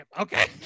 Okay